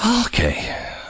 Okay